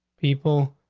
people.